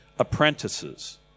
apprentices